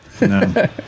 No